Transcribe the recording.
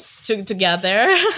together